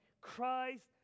Christ